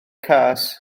cas